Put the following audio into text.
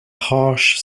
harsh